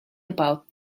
about